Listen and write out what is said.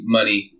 money